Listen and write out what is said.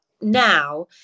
now